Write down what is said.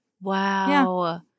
Wow